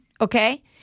Okay